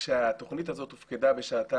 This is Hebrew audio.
כשהתוכנית הזאת הופקדה בשעתה,